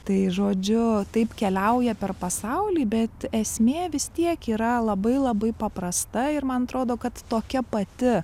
tai žodžiu taip keliauja per pasaulį bet esmė vis tiek yra labai labai paprasta ir man atrodo kad tokia pati